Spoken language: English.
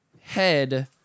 head